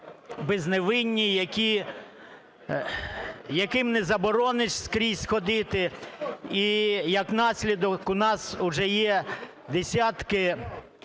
безневинні, яким не заборониш скрізь ходити, і, як наслідок, у нас уже є десятки